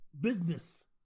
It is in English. business